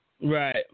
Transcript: Right